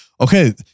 okay